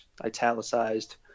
italicized